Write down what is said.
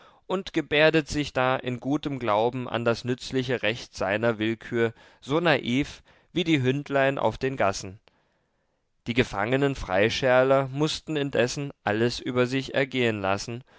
und gebärdet sich da im guten glauben an das nützliche recht seiner willkür so naiv wie die hündlein auf den gassen die gefangenen freischärler mußten indessen alles über sich ergehen lassen